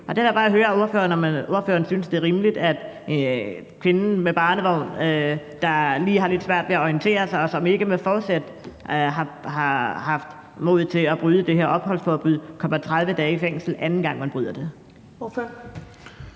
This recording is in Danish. Der vil jeg bare høre ordføreren, om ordføreren synes, det er rimeligt, at kvinden med barnevognen, der lige har lidt svært ved at orientere sig, og som ikke med forsæt har haft mod til at bryde det her opholdsforbud, kommer 30 dage i fængsel, anden gang hun bryder det.